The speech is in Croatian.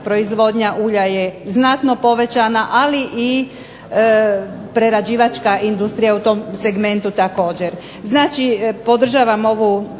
proizvodnja ulja je znatno povećana, ali i prerađivačka industrija u tom segmentu također. Znači, podržavam ovaj